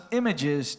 images